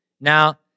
Now